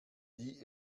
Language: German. die